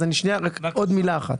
רק עוד מילה אחת.